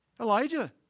Elijah